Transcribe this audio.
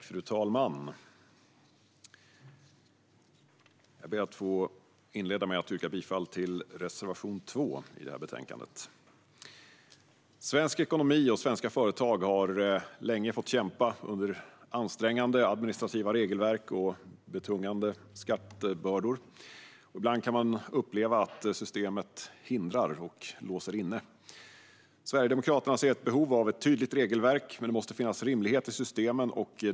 Fru talman! Jag ber att få inleda med att yrka bifall till reservation 2 i betänkandet. Svensk ekonomi och svenska företag har länge fått kämpa under ansträngande administrativa regelverk och betungande skattebördor. Ibland kan man uppleva att systemet hindrar och låser in. Sverigedemokraterna ser ett behov av ett tydligt regelverk, men det måste finnas rimlighet i systemen.